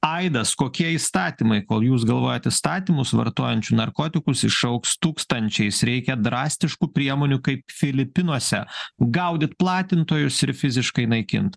aidas kokie įstatymai kol jūs galvojat įstatymus vartojančių narkotikus išaugs tūkstančiais reikia drastiškų priemonių kaip filipinuose gaudyt platintojus ir fiziškai naikint